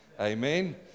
Amen